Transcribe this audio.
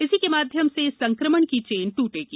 इसी के माध्यम से संक्रमण की चेन ट्रटेगी